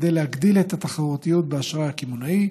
כדי להגדיל את התחרותיות באשראי הקמעונאי,